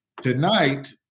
tonight